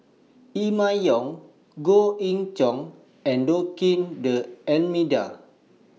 Emma Yong Goh Ee Choo and Joaquim D'almeida